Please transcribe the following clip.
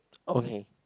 okay